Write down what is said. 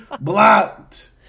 Blocked